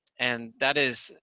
and that is,